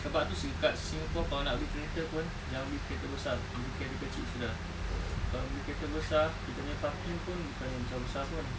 sebab tu kat singapore kalau nak beli kereta pun jangan beli kereta besar beli kereta kecil sudah kalau beli kereta besar kereta punya parking pun bukannya besar-besar pun